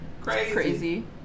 crazy